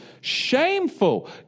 Shameful